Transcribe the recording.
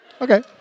Okay